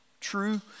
True